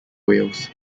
wales